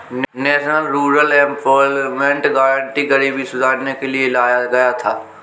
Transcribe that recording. national rural employment guarantee गरीबी सुधारने के लिए लाया गया था